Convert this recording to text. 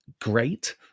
great